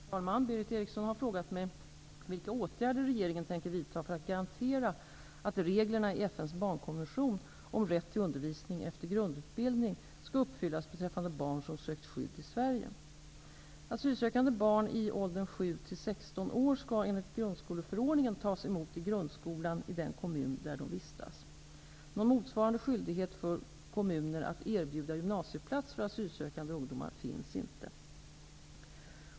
Herr talman! Berith Eriksson har frågat mig vilka åtgärder regeringen tänker vidta för att garantera att reglerna i FN:s barnkonvention om rätt till undervisning efter grundutbildning skall uppfyllas beträffande barn som sökt skydd i Sverige. Någon motsvarande skyldighet för kommuner att erbjuda gymnasieplats för asylsökande ungdomar finns inte.